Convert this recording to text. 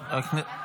פה,